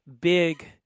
big